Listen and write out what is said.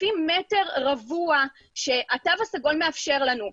לפי מטר רבוע שהתו הסגול מאפשר לנו,